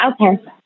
Okay